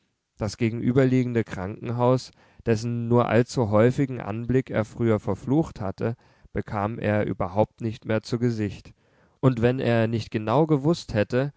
das gegenüberliegende krankenhaus dessen nur allzu häufigen anblick er früher verflucht hatte bekam er überhaupt nicht mehr zu gesicht und wenn er nicht genau gewußt hätte